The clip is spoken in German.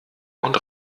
und